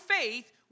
faith